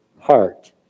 heart